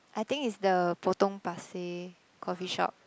I think it's the Potong-Pasir coffee shop